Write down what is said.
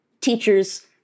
teachers